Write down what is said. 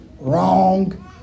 Wrong